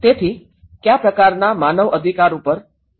તેથી કયા પ્રકારનાં માનવાધિકાર ઉપર યુ